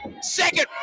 Second